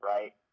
Right